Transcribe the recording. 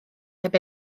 heb